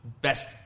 best